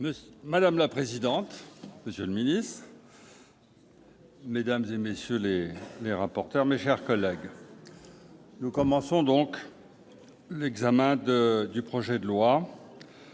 Madame la présidente, monsieur le ministre, madame, messieurs les rapporteurs, mes chers collègues, nous commençons l'examen du projet de loi